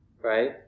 right